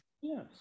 Yes